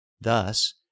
Thus